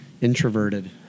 introverted